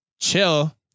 chill